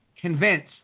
convinced